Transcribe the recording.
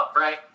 right